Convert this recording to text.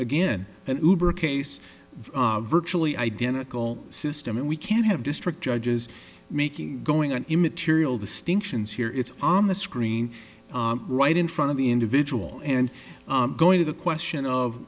again and case virtually identical system and we can't have district judges making going on immaterial distinctions here it's on the screen right in front of the individual and going to the question of